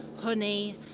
honey